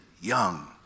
young